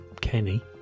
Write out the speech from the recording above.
Kenny